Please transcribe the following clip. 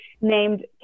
named